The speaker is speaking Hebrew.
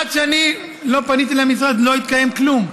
עד שאני לא פניתי למשרד לא התקיים כלום.